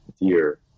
dear